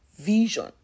vision